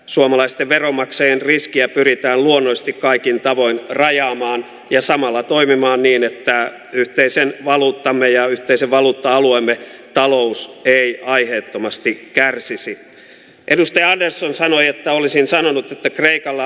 suomalaisten veronmaksajien riskiä pyritään huonosti kaikin tavoin rajaamaan ja samalla toimimaan niin että yhteiseen valuuttaamme ja yhteisen valuutta alueen talous ei aiheettomasti kärsisi edustaja andersson sanoi että olisin sanonut että kreikalla